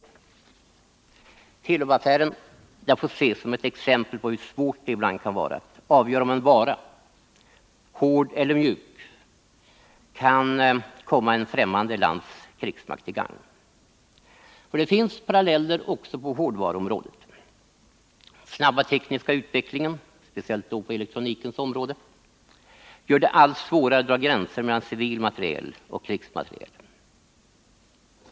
Telubaffären får ses som ett exempel på hur svårt det ibland är att avgöra om en vara, hård eller mjuk, kan komma ett främmande lands krigsmakt till gagn. Det finns paralleller också på hårdvaruområdet. Den snabba tekniska utvecklingen, speciellt på elektronikens område, gör det allt svårare att dra gränser mellan civil materiel och krigsmateriel.